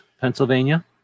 Pennsylvania